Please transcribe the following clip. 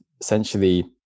essentially